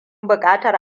buƙatar